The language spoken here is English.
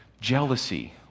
jealousy